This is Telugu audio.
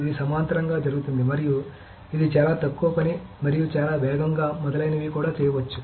ఇది సమాంతరంగా జరుగుతోంది మరియు ఇది చాలా తక్కువ పని మరియు చాలా వేగంగా మొదలైనవి కూడా చేయవచ్చు